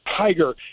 Tiger